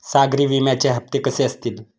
सागरी विम्याचे हप्ते कसे असतील?